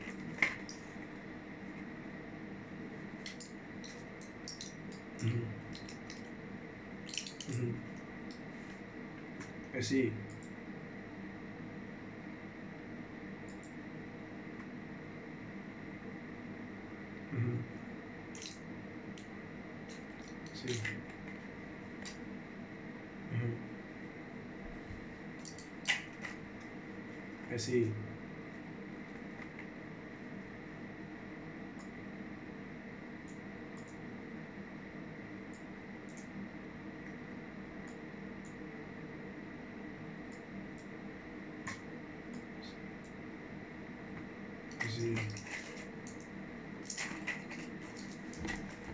mmhmm mmhmm I see mmhmm I see mmhmm I see I see